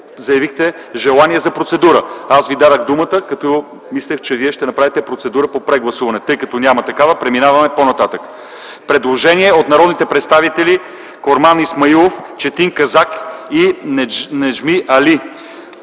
заявихте желание за процедура. Аз Ви дадох думата, като мислех, че ще направите процедура по прегласуване. Тъй като няма такава, преминаваме по нататък. Има предложение от народните представители Корман Исмаилов, Четин Казак и Неджми Али